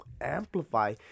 amplify